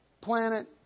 planet